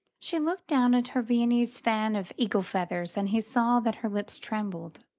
she looked down at her viennese fan of eagle feathers, and he saw that her lips trembled.